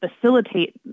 facilitate